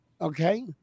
Okay